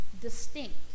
distinct